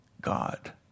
God